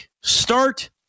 start